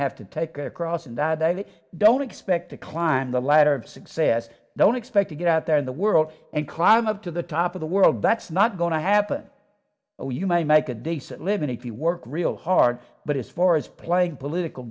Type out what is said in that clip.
have to take a cross in that they don't expect to climb the ladder of success don't expect to get out there in the world and climb up to the top of the world that's not going to happen so you may make a decent living if you work real hard but as far as playing political